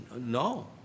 No